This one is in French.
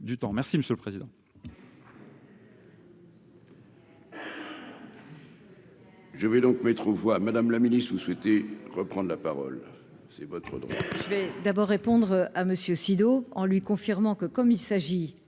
merci monsieur le président.